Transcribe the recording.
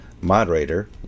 moderator